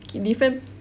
okay different